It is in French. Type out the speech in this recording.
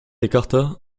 écarta